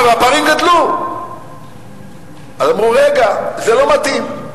אז אמרו, רגע, זה לא מתאים.